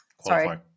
sorry